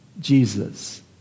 Jesus